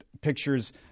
pictures